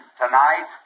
tonight